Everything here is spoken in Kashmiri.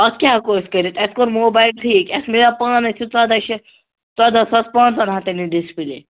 اَتھ کیٛاہ ہٮ۪کو أسۍ کٔرِتھ اَسہِ کوٚر موبایل ٹھیٖک اَسہِ میلاو پانس یہِ ژۄداہ شتھ ژۄداہ ساس پانٛژن ہتن یہِ ڈِسپُلے